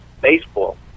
baseball